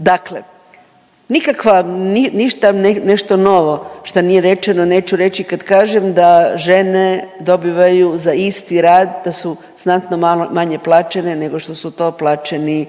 Dakle, nikakva, ništa nešto novo šta nije rečeno neću reći kad kažem da žene dobivaju za isti rad, da su znatno manje plaćene nego što su to plaćeni